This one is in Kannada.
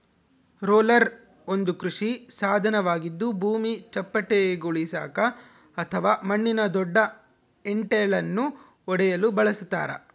ರೋಲರ್ ಒಂದು ಕೃಷಿ ಸಾಧನವಾಗಿದ್ದು ಭೂಮಿ ಚಪ್ಪಟೆಗೊಳಿಸಾಕ ಅಥವಾ ಮಣ್ಣಿನ ದೊಡ್ಡ ಹೆಂಟೆಳನ್ನು ಒಡೆಯಲು ಬಳಸತಾರ